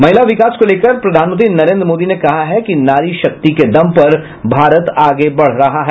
महिला विकास को लेकर प्रधानमंत्री नरेन्द्र मोदी ने कहा है कि नारी शक्ति के दम पर भारत आगे बढ़ रहा है